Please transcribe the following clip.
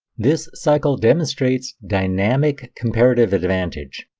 this cycle demonstrates dynamic comparative advantage.